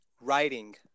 Writing